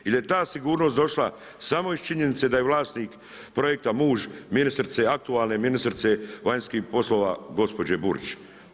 I da je ta sigurnost došla samo iz činjenice da je vlasnik projekta muž ministrice, aktualne ministrice vanjskih poslova gospođe Burić.